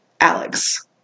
Alex